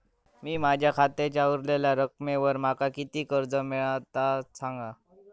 मी माझ्या खात्याच्या ऱ्हवलेल्या रकमेवर माका किती कर्ज मिळात ता सांगा?